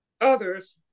others